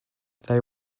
they